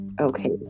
Okay